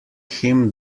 him